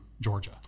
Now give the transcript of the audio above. Georgia